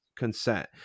consent